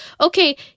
okay